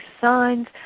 signs